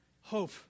hope